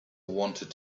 wanted